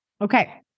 Okay